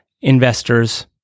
investors